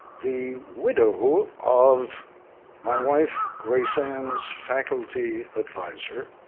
the widow of my wife, grace ann's, faculty advisor,